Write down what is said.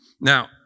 Now